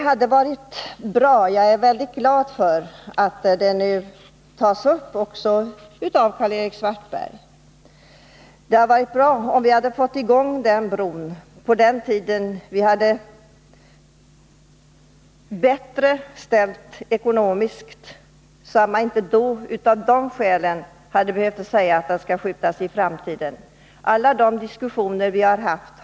Jag är glad för att frågan om Svanesundsbron nu tas upp också av Karl-Erik Svartberg, men det hade varit bra om vi hade fått i gång brobygget på den tiden då vi hade det bättre ställt, så att man inte behövt skjuta det på framtiden av ekonomiska skäl.